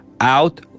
out